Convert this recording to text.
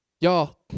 Y'all